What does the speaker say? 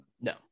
No